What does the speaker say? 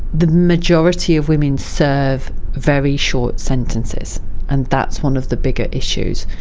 the majority of women serve very short sentences and that's one of the bigger issues,